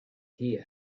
hear